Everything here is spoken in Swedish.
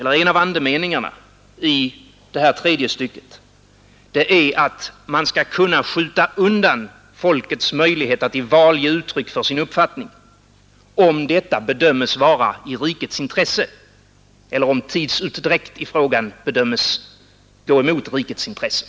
En av andemeningarna i detta tredje stycke är att man skall kunna skjuta undan folkets möjlighet att i val ge uttryck för sin uppfattning, om detta bedöms vara i rikets intresse eller om tidsutdräkt i frågan bedöms gå emot rikets intresse.